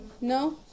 No